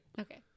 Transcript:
Okay